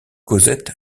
cosette